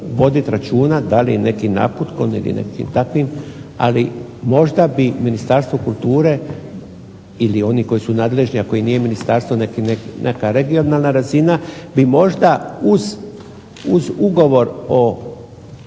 da li je nekim naputkom ili nekim takvim. Ali možda bi Ministarstvo kulture ili oni koji su nadležni, a koji nije ministarstvo, neka regionalna razina bi možda uz ugovor o